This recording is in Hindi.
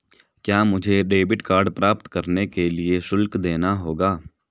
क्या मुझे डेबिट कार्ड प्राप्त करने के लिए शुल्क देना होगा?